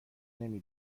نمی